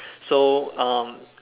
so um